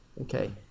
Okay